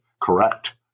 correct